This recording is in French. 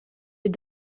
est